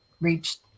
reached